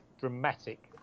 Dramatic